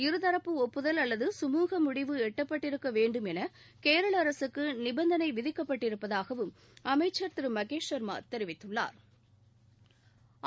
இருதரப்பு ஒப்புதல் அல்லது சுமூக முடிவு எட்டப்பட்டிருக்க வேண்டும் என கேரள அரசுக்கு நிபந்தனை விதிக்கப்பட்டிருப்பதாகவும் அமைச்சா் திரு மகேஷ் ஷா்மா தெரிவித்துள்ளாா்